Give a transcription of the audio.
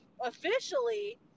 Officially